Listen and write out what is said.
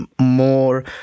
more